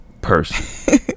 person